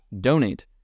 donate